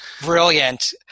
brilliant